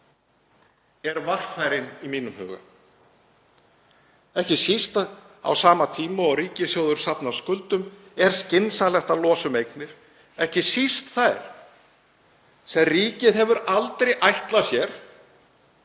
er varfærin í mínum huga. Á sama tíma og ríkissjóður safnar skuldum er skynsamlegt að losa um eignir, ekki síst þær sem ríkið hefur aldrei ætlað sér